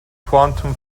quantum